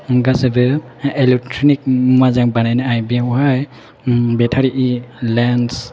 गासिबो इलेकट्रनिक मोजां बानायनय बेवहाय बेटारि लेन्स